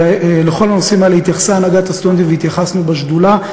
ולכל הנושאים האלה התייחסה הנהגת הסטודנטים והתייחסנו בשדולה.